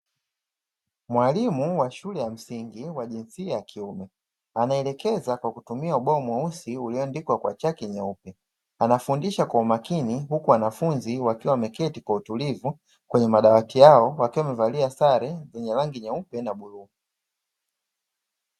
Mwalimu wa shule ya msingi wa jinsia ya kiume anaelekeza kwa kutumia ubao mweusi unaoandikwa kwa chaki nyeupe, wanafundisha kwa umakini huku wanafunzi wakiwa wameketi kwa utulivu kwenye madawati yao wakiwa wamevalia sare zenye rangi nyeupe na bluu.